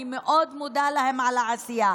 אני מאוד מודה להם על העשייה.